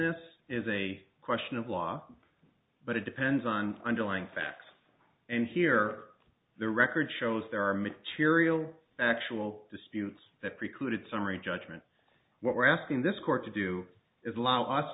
obviousness is a question of law but it depends on underlying facts and here the record shows there are material actual disputes that precluded summary judgment what we're asking this court to do is allow us